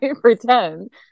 pretend